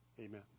Amen